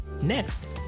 Next